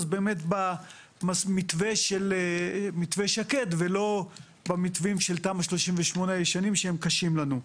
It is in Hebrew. אז באמת במתווה שקד ולא במתווים של תמ"א 38 הישנים שהם קשים לנו.